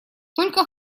только